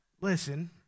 listen